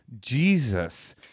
Jesus